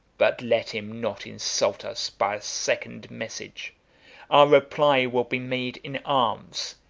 but let him not insult us by a second message our reply will be made in arms,